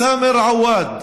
סאמר עווד,